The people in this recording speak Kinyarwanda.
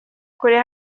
kure